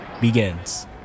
begins